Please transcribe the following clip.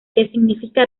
significa